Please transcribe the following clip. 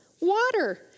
water